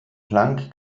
planck